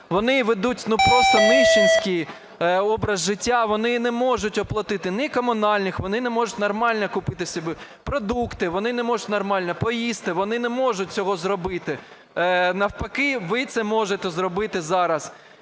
вони ведуть не просто нищенский образ життя, вони не можуть оплатити ні комунальних, вони не можуть нормально купити собі продукти, вони не можуть нормально поїсти. Вони не можуть цього зробити. Навпаки, ви це можете зробити зараз.